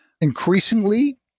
increasingly